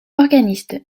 organiste